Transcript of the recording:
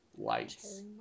lights